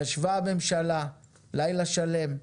ישבה הממשלה לילה שלם,